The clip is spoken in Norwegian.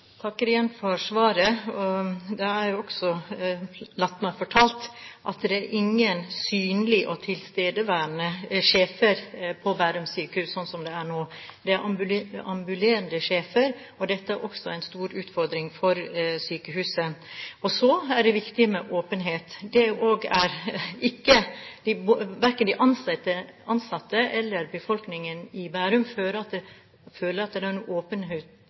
takker igjen for svaret. Det er også blitt meg fortalt at det ikke er noen synlige og tilstedeværende sjefer på Bærum sykehus slik det er nå. Det er ambulerende sjefer. Dette er også en stor utfordring for sykehuset. Så er det viktig med åpenhet. Verken de ansatte eller befolkningen i Bærum føler at det er åpenhet rundt de prosessene som skjer. Mange funksjoner er vedtatt flyttet fra Bærum til Drammen. Men kan statsråden nå si noe